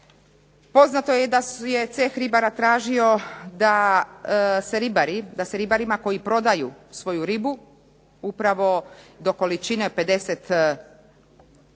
Poznato je da je Ceh ribara tražio da se ribarima koji prodaju svoju ribu upravo do količine 50